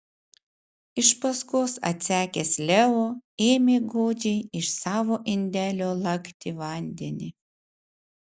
iš paskos atsekęs leo ėmė godžiai iš savo indelio lakti vandenį